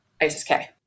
ISIS-K